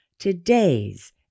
Today's